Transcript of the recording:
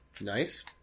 Nice